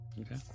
Okay